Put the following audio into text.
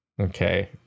Okay